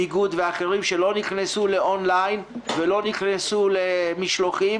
ביגוד ואחרים שלא נכנסו לאון-ליין ולא נכנסו למשלוחים,